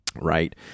right